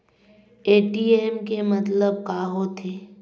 ATM के मतलब का होथे?